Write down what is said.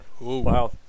Wow